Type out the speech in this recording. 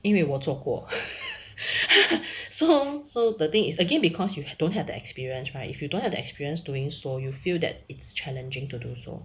因为我做过 so so the thing is again because you don't have the experience right if you don't have the experience doing so you feel that it's challenging to do so